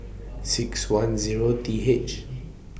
six one Zero T H